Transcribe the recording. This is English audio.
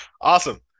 Awesome